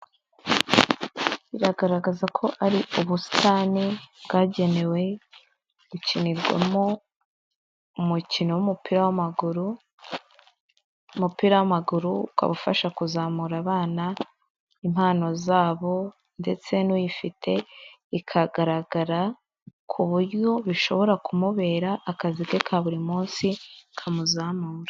Biragaragaza ko ari ubusitani bwagenewe gukinirwamo umukino w'umupira w'amaguru, umupira w'amaguru ukabafasha kuzamura abana impano zabo ndetse n'uyifite ikagaragara ku buryo bishobora kumubera akazi ke ka buri munsi kamuzamura.